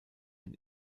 den